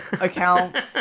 account